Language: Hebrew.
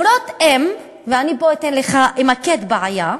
מורות אֵם, ואני פה אתן לך, אמקד בעיה,